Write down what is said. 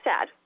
sad